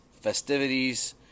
festivities